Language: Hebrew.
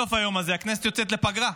בסוף היום הזה הכנסת יוצאת לפגרה.